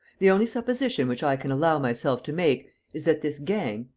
the only supposition which i can allow myself to make is that this gang,